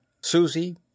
Susie